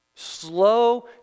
slow